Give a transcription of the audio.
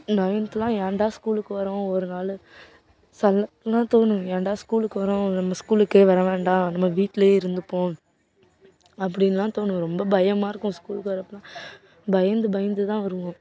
நைன்த்துலலாம் ஏன்டா ஸ்கூலுக்கு வர்றோம் ஒரு நாள் எல்லாம் தோணும் ஏன்டா ஸ்கூலுக்கு வர்றோம் நம்ம ஸ்கூலுக்கே வர வேண்டாம் நம்ம வீட்லேயே இருந்துப்போம் அப்படின்லாம் தோணும் ரொம்ப பயமாக இருக்கும் ஸ்கூலுக்கு வர்றப்போலாம் பயந்து பயந்து தான் வருவோம்